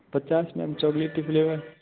पचास ma'am chocolatey flavour